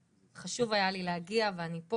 אז חשוב היה לי להגיע ואני פה